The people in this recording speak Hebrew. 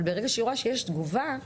אבל ברגע שהיא רואה שיש תגובה,